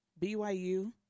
byu